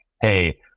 Hey